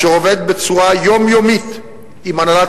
אשר עובד בצורה יומיומית עם הנהלת